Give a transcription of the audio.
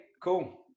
cool